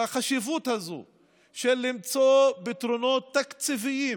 על החשיבות למצוא פתרונות תקציביים